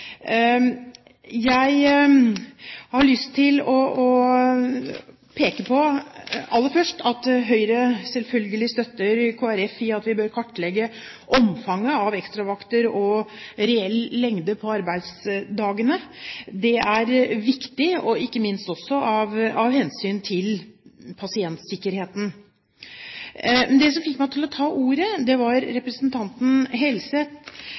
Jeg har aller først lyst til å peke på at Høyre selvfølgelig støtter Kristelig Folkeparti i at vi bør kartlegge omfanget av ekstravakter og reell lengde på arbeidsdagene. Det er viktig, ikke minst også av hensyn til pasientsikkerheten. Det som fikk meg til å ta ordet, var representanten Helseth,